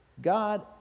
god